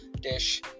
dish